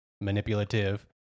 manipulative